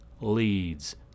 leads